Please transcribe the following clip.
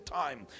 time